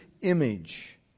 image